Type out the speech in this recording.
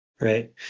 Right